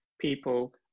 people